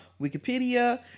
Wikipedia